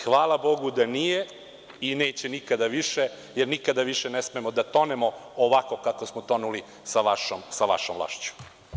Hvala bogu da nije i neće nikada više, jer nikada više ne smemo da tonemo ovako kako smo tonuli sa vašom vlašću.